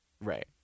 Right